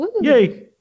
Yay